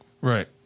Right